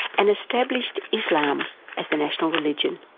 and established islam as the national religion.